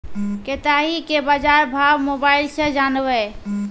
केताड़ी के बाजार भाव मोबाइल से जानवे?